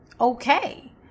okay